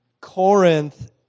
Corinth